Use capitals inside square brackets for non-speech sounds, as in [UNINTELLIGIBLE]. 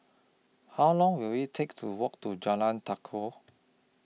How Long Will IT Take to Walk to Jalan [UNINTELLIGIBLE]